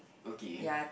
okay